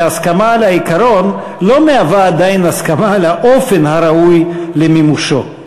הסכמה על העיקרון לא מהווה עדיין הסכמה על האופן הראוי למימושו,